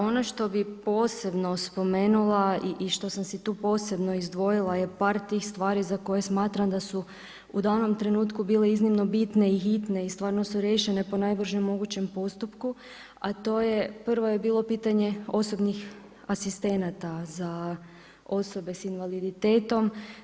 Ono što bih posebno spomenula i što sam si tu posebno izdvojila je par tih stvari za koje smatram da su u danom trenutku bile iznimno bitne i hitne i stvarno su riješene po najbržem mogućem postupku a to je, prvo je bilo pitanje osobnih asistenata za osobe sa invaliditetom.